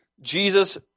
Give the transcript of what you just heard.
Jesus